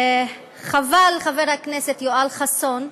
חבל, חבר הכנסת יואל חסון,